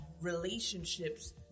relationships